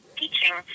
teaching